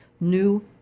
new